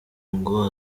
ngo